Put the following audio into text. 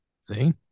see